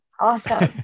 Awesome